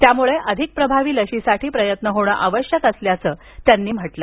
त्यामुळं अधिक प्रभावी लसीसाठी प्रयत्न होणं आवश्यक असल्याचा इशारा त्यांनी दिला